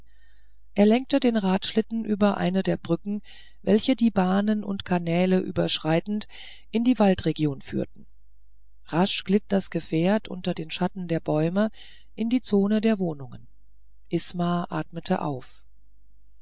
er lenkte den radschlitten über eine der brücken welche die bahnen und kanäle überschreitend in die waldregion führten rasch glitt das gefährt unter den schatten der bäume in die zone der wohnungen isma atmete auf